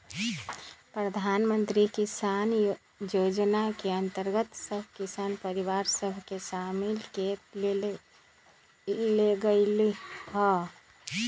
प्रधानमंत्री किसान जोजना के अंतर्गत सभ किसान परिवार सभ के सामिल क् लेल गेलइ ह